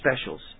specials